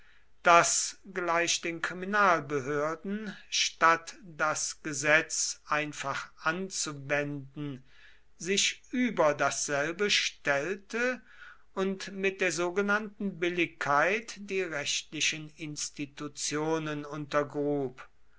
das gleich den kriminalbehörden statt das gesetz einfach anzuwenden sich über dasselbe stellte und mit der sogenannten billigkeit die rechtlichen institutionen untergrub